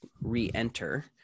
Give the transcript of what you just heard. re-enter